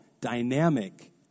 dynamic